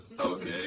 Okay